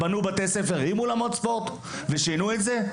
בנו בתי-ספר עם אולמות ספורט ושינו את זה?